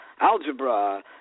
algebra